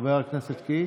חבר הכנסת קיש.